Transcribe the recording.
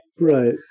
Right